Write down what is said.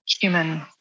human